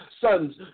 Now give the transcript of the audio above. sons